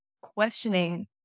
questioning